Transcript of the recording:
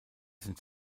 sind